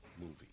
movie